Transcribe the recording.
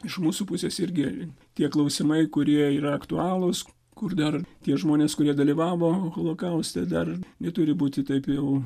iš mūsų pusės irgi tie klausimai kurie yra aktualūs kur dar tie žmonės kurie dalyvavo holokauste dar neturi būti taip jau